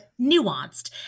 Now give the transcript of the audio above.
nuanced